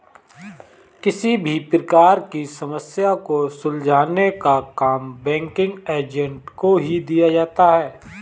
किसी भी प्रकार की समस्या को सुलझाने का काम बैंकिंग एजेंट को ही दिया जाता है